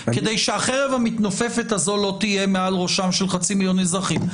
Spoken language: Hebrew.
כדי שהחרב המתנופפת הזאת לא תהיה מעל ראשם של חצי מיליון אזרחים?